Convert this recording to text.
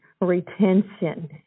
retention